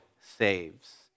saves